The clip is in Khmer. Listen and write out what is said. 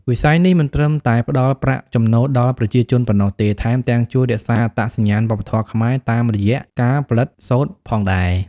វិស័យនេះមិនត្រឹមតែផ្តល់ប្រាក់ចំណូលដល់ប្រជាជនប៉ុណ្ណោះទេ ថែមទាំងជួយរក្សាអត្តសញ្ញាណវប្បធម៌ខ្មែរតាមរយៈការផលិតសូត្រផងដែរ។